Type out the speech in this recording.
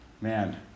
Man